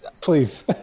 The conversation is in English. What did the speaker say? Please